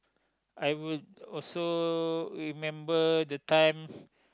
I would also remember the time